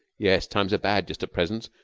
yes. times are bad just at present,